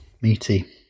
meaty